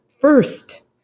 first